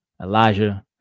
Elijah